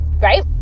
Right